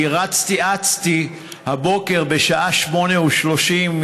כי רצתי אצתי הבוקר בשעה 08:30,